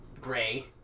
gray